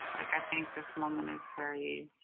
like i think this moment is very